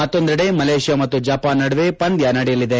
ಮತ್ತೊಂದೆಡೆ ಮಲ್ಕೇಷ್ಕಾ ಮತ್ತು ಜಪಾನ್ ನಡುವೆ ಪಂದ್ಕ ನಡೆಯಲಿದೆ